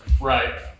Right